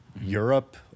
Europe